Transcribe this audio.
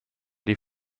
die